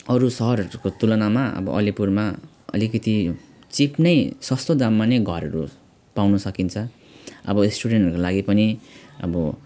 अरू सहरहरूको तुलनामा अब अलिपुरमा अलिकति चिप नै सस्तो दाममा नै घरहरू पाउन सकिन्छ अब स्टुडेन्टहरूको लागि पनि अब